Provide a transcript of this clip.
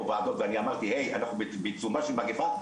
וועדות ואני אמרתי 'היי אנחנו בעיצומה של מגפה',